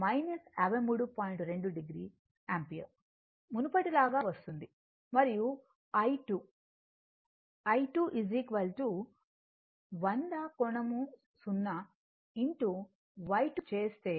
2 o ampere మునుపటిలాగా వస్తుంది మరియు I2 100 కోణం 0 Y2 చేస్తే